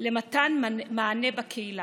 למתן מענה בקהילה.